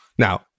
Now